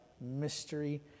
mystery